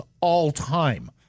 all-time